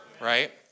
Right